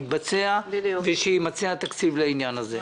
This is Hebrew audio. יתבצע ושיימצא התקציב לעניין הזה.